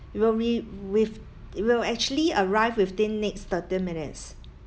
will re~ with will actually arrive within next thirty minutes